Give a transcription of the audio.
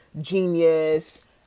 genius